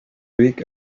week